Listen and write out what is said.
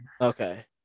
Okay